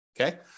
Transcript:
okay